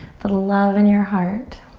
the love in your heart.